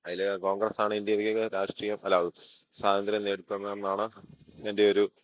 അതിൽ കോൺഗ്രസ്സാണ് ഇന്ത്യയിലെ രാഷ്ട്രീയ അല്ല സ്വാതന്ത്ര്യം നേടി തന്നതെന്നാണ് എൻ്റെ ഒരു